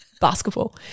basketball